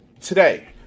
today